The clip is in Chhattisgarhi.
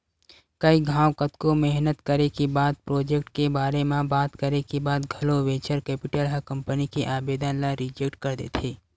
कई घांव कतको मेहनत करे के बाद प्रोजेक्ट के बारे म बात करे के बाद घलो वेंचर कैपिटल ह कंपनी के आबेदन ल रिजेक्ट कर देथे